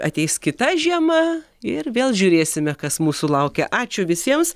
ateis kita žiema ir vėl žiūrėsime kas mūsų laukia ačiū visiems